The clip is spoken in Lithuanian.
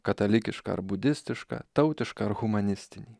katalikišką ar budistišką tautišką ar humanistinį